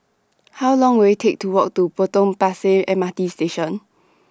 How Long Will IT Take to Walk to Potong Pasir M R T Station